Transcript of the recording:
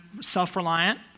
self-reliant